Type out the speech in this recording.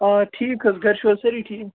آ ٹھیٖک حظ گَرِ چھُو حظ سٲری ٹھیٖک